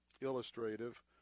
illustrative